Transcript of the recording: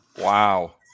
wow